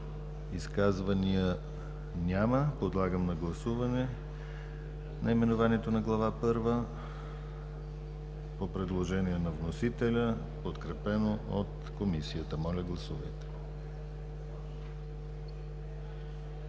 Изказвания? Няма. Подлагам на гласуване наименованието на Глава първа по предложение на вносителя, подкрепено от Комисията. Гласуват